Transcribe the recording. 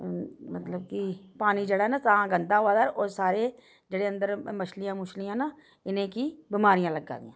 मतलब कि पानी जेह्ड़ा नां तां गंदा होआ दा ऐ ओह् साढ़े जेह्ड़े अंदर मच्छलियां मुच्छियां न इ'नें गी बमारियां लग्गा दियां